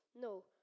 No